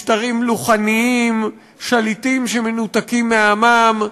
משטרים מלוכניים, שליטים שמנותקים מעמם,